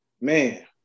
man